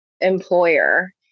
employer